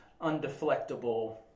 undeflectable